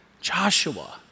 Joshua